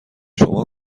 شما